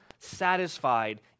satisfied